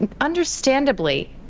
understandably